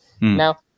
Now